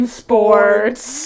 sports